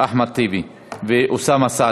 אחמד טיבי ואוסאמה סעדי.